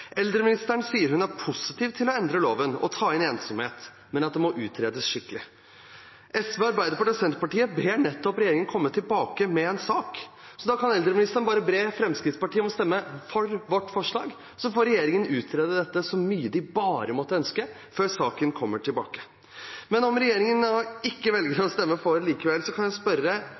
Eldreministeren sier at hun er positiv til å endre loven og ta inn ensomhet, men at det må utredes skikkelig. SV, Arbeiderpartiet og Senterpartiet ber nettopp regjeringen komme tilbake med en sak. Så da kan eldreministeren bare be Fremskrittspartiet om å stemme for vårt forslag, så får regjeringen utrede dette så mye de bare måtte ønske før saken kommer tilbake. Men om regjeringspartiene da velger ikke å stemme for likevel, kan jeg